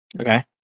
Okay